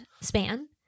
span